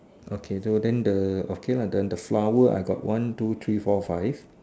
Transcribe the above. okay so then the okay lah then the flower I got one two three four five